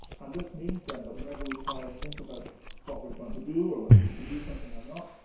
and this means then that whenever we try and think about what we're going to do or whether we should do something or not,